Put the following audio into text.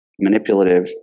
manipulative